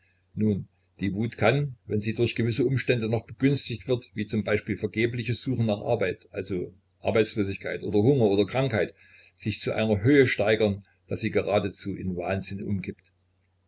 nun die wut kann wenn sie durch gewisse umstände noch begünstigt wird wie z b vergebliches suchen nach arbeit also arbeitslosigkeit oder hunger oder krankheit sich zu einer höhe steigern daß sie geradezu in wahnsinn umkippt